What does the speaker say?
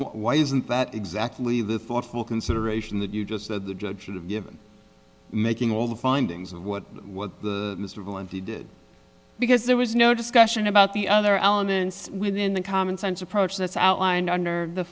why isn't that exactly the thoughtful consideration that you just said the judge should have given making all the findings of what the mr valente did because there was no discussion about the other elements within the commonsense approach that's outlined under the